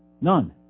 None